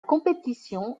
compétition